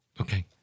Okay